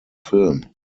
film